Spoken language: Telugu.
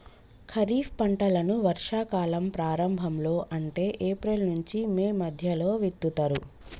ఖరీఫ్ పంటలను వర్షా కాలం ప్రారంభం లో అంటే ఏప్రిల్ నుంచి మే మధ్యలో విత్తుతరు